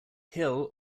hill